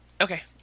Okay